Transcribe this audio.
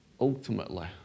ultimately